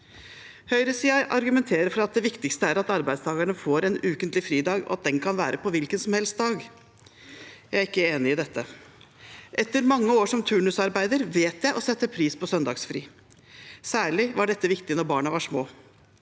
Høyresiden argumenterer for at det viktigste er at arbeidstakerne får en ukentlig fridag, og at det kan være på en hvilken som helst dag. Jeg er ikke enig i dette. Etter mange år som turnusarbeider vet jeg å sette pris på søndagsfri. Særlig var dette viktig da barna var små.